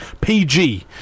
PG